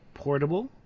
portable